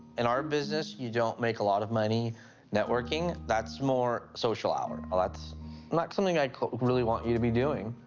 in our business, you don't make a lot of money networking. that's more social hour. ah that's not something i really want you to be doing.